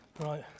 right